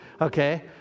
okay